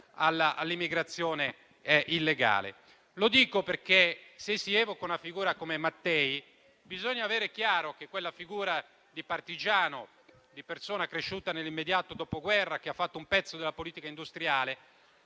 all'immigrazione illegale? Lo dico perché, se si evoca una figura come quella di Mattei, bisogna avere chiaro che quel partigiano e quella persona cresciuta nell'immediato Dopoguerra, che ha fatto un pezzo della politica industriale,